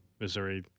missouri